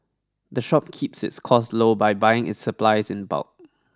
the shop keeps its costs low by buying its supplies in bulk